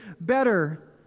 better